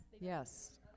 Yes